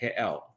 KL